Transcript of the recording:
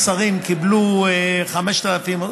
אם השרים קיבלו 5,000,